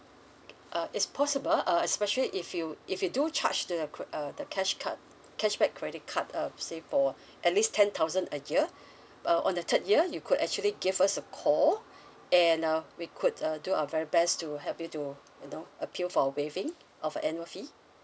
uh it's possible uh especially if you if you do charge the uh the cash card cashback credit card uh say for at least ten thousand a year uh on the third year you could actually give us a call and uh we could uh do our very best to help you to you know appeal for a waiving of annual fee